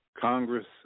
Congress